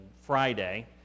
Friday